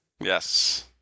Yes